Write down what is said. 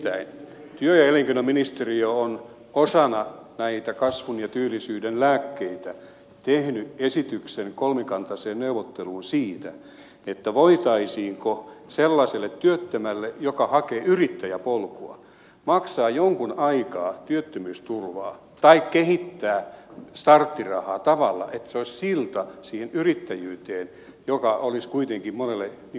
nimittäin työ ja elinkeinoministeriö on osana näitä kasvun ja työllisyyden lääkkeitä tehnyt esityksen kolmikantaiseen neuvotteluun siitä voitaisiinko sellaiselle työttömälle joka hakee yrittäjäpolkua maksaa jonkun aikaa työttömyysturvaa tai kehittää starttirahaa tavalla että se olisi silta siihen yrittäjyyteen joka olisi kuitenkin monelle hyvä vaihtoehto